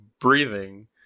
breathing